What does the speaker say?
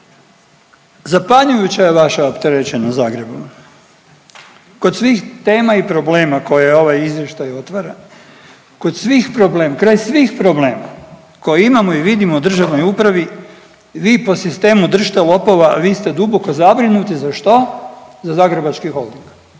Zapanjujuća je vaša opterećenost Zagrebom. Kod svih tema i problema koje ovaj izvještaj otvara, kod svih problema, kraj svih problema koje imamo i vidimo u državnoj upravi vi po sistemu držite lopova vi ste duboko zabrinuti za što? Za Zagrebački holding.